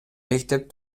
мектеп